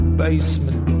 basement